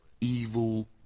evil